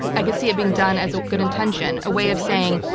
i could see it being done as a good intention. a way of saying,